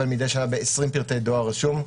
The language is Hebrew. מדי שנה ב-20 מיליון פרטי דואר רשום,